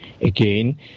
Again